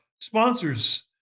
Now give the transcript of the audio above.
sponsors